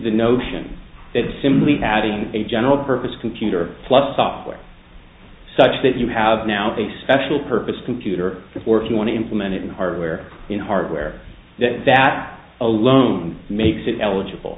the notion that simply adding a general purpose computer plus software such that you have now a special purpose computer for work you want to implement in hardware in hardware that that alone makes it eligible